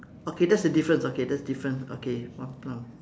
okay that's the difference okay that's different okay one plum